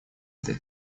этой